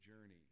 journey